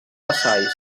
vassalls